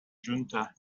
junta